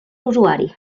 usuari